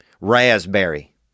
raspberry